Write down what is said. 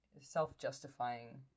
self-justifying